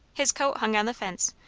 his coat hung on the fence,